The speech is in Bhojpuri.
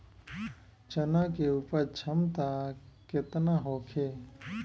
चना के उपज क्षमता केतना होखे?